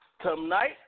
Tonight